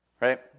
Right